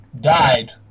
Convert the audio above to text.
died